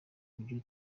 ivyo